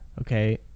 okay